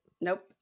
Nope